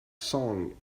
song